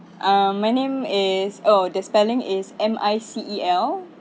ah my name is oh the spelling is M I C E L